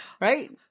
right